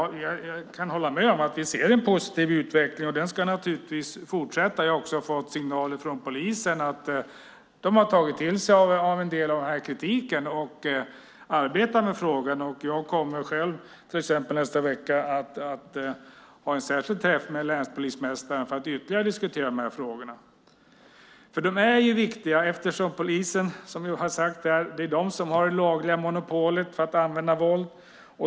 Jag kan hålla med om att vi ser en positiv utveckling, och den ska naturligtvis fortsätta. Jag har också fått signaler från polisen om att man har tagit till sig en del av kritiken och arbetar med frågan. Nästa vecka kommer jag själv att ha en särskild träff med länspolismästaren för att ytterligare diskutera de här frågorna. De är ju viktiga eftersom polisen, som sagts här, har det lagliga monopolet på att använda våld.